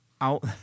out